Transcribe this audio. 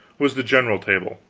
was the general table,